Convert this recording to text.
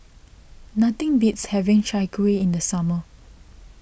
nothing beats having Chai Kuih in the summer